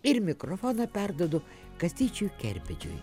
ir mikrofoną perduodu kastyčiui kerbedžiui